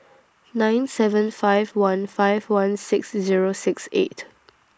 nine seven five one five one six Zero six eight